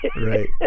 right